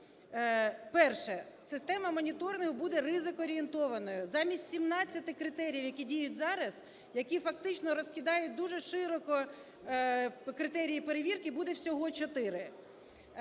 Перше. Система моніторингу буде ризик-орієнтованою. Замість 17 критеріїв, які діють зараз, які, фактично, розкидають дуже широко критерії перевірки, буде всього